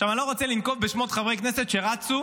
אני לא רוצה לנקוב בשמות חברי הכנסת שרצו